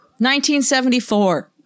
1974